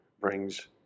brings